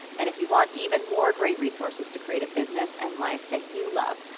and if you want even more great resources to create a business and life that you love,